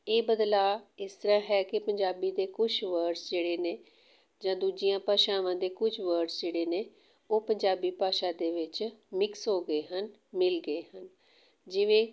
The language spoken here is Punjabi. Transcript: ਇਹ ਬਦਲਾਅ ਇਸ ਤਰ੍ਹਾਂ ਹੈ ਕਿ ਪੰਜਾਬੀ ਦੇ ਕੁਛ ਵਰਡਸ ਜਿਹੜੇ ਨੇ ਜਾਂ ਦੂਜੀਆਂ ਭਾਸ਼ਾਵਾਂ ਦੇ ਕੁਝ ਵਰਡਸ ਜਿਹੜੇ ਨੇ ਉਹ ਪੰਜਾਬੀ ਭਾਸ਼ਾ ਦੇ ਵਿੱਚ ਮਿਕਸ ਹੋ ਗਏ ਹਨ ਮਿਲ ਗਏ ਹਨ ਜਿਵੇਂ